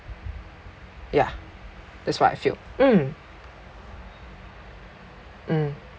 yeah that's what I feel mm mm